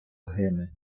гине